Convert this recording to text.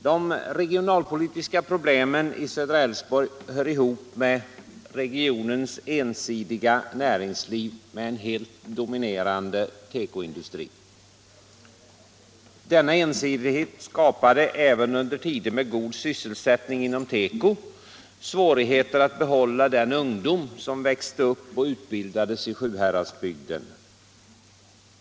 De regionalpolitiska problemen i södra Älvsborg hör ihop med regionens ensidiga näringsliv: en helt dominerande tekoindustri. Denna ensidighet skapade även under tider med god sysselsättning i tekobranschen svårigheter att behålla den ungdom som växte upp och utbildades i Sjuhäradsbygden.